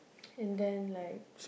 and then like